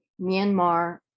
Myanmar